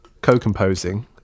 co-composing